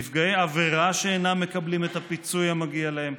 נפגעי עבירה שאינם מקבלים את הפיצוי המגיע להם,